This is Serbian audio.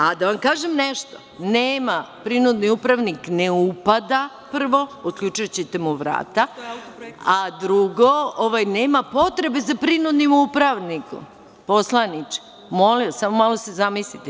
A da vam kažem nešto, nema prinudni upravnik ne upada prvo, otključaćete mu vrata, a drugo, nema potrebe za prinudnim upravnikom, poslaniče, molim vas, samo malo se zamislite.